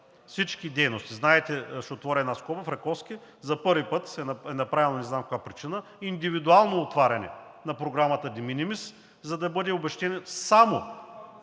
всички дейности. Ще отворя една скоба. Знаете, в Раковски за първи път е направено – не знам по каква причина, индивидуално отваряне на програмата de minimis, за да бъде обезщетен само…